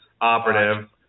operative